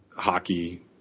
hockey